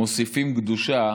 מוסיפות קדושה